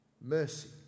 mercy